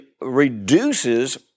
reduces